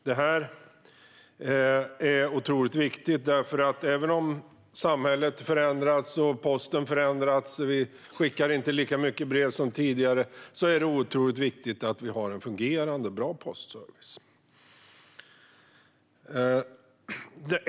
Det är otroligt viktigt, för även om samhället och posten förändrats - vi skickar inte lika mycket brev som tidigare - är det otroligt viktigt att vi har en fungerande och bra postservice.